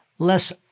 Less